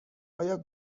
آیا